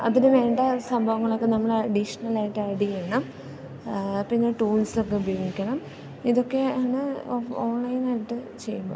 അതിന് വേണ്ട സംഭവങ്ങളൊക്ക നമ്മൾ അഡീഷണൽ ആയിട്ട് ആഡ് ചെയ്യണം പിന്നെ ടൂൾസ് ഒക്കെ ഉപയോഗിക്കണം ഇതൊക്കെയാണ് ഓൺലൈനായിട്ട് ചെയ്യുമ്പോൾ